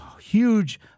huge